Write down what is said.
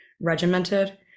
regimented